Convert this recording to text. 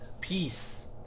peace